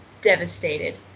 devastated